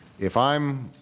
if i'm